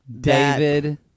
David